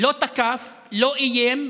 שלא תקף, לא איים,